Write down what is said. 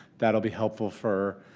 that will be helpful for